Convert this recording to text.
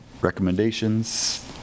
recommendations